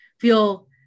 feel